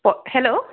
hello